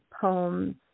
poems